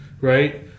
Right